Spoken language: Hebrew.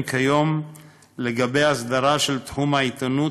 כיום לגבי הסדרה של תחום העיתונות,